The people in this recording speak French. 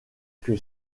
que